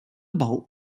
bal